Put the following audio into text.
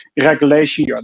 regulation